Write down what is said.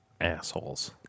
assholes